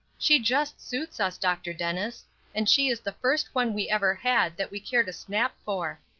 she just suits us, dr. dennis and she is the first one we ever had that we cared a snap for.